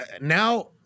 now